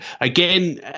again